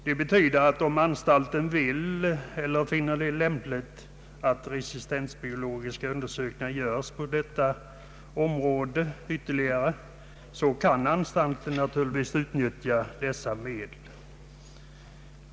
Det betyder att om anstalten finner det lämpligt att ytterligare resistensbiologiska undersökningar görs på detta område, så kan anstalten naturligtvis utnyttja dessa medel.